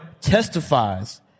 testifies